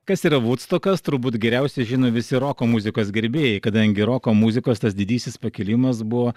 kas yra vudstokas turbūt geriausiai žino visi roko muzikos gerbėjai kadangi roko muzikos tas didysis pakilimas buvo